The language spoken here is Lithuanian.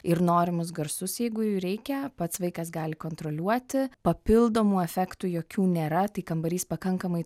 ir norimus garsus jeigu jų reikia pats vaikas gali kontroliuoti papildomų efektų jokių nėra tai kambarys pakankamai